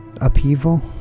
upheaval